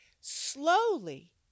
Slowly